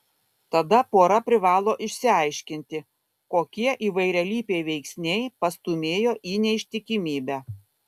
tada pora privalo išsiaiškinti kokie įvairialypiai veiksniai pastūmėjo į neištikimybę